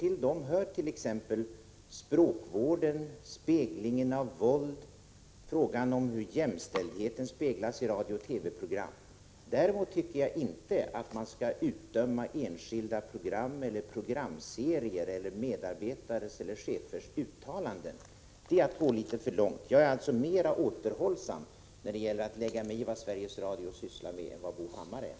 Till dem hör, tycker jag, frågan om språkvården, speglingen av våldet och frågan om hur jämställdheten återges i radiooch TV-program. Däremot tycker jag inte att man skall utdöma enskilda program och programserier eller medarbetares eller chefers uttalanden. Det är att gå litet för långt. Jag är alltså mer återhållsam när det gäller att lägga mig i vad Sveriges Radio sysslar med än vad Bo Hammar är.